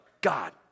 god